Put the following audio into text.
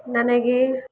ನನಗೆ